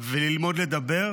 וללמוד לדבר,